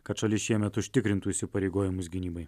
kad šalis šiemet užtikrintų įsipareigojimus gynybai